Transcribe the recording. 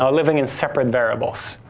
um living in separate variables.